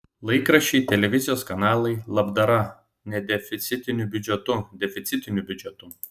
laikraščiais televizijos kanalais labdara nedeficitiniu biudžetu deficitiniu biudžetu